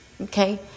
okay